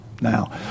now